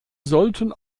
sollten